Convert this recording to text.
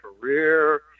career